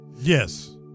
Yes